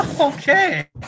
Okay